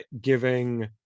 giving